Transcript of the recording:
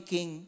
King